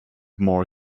more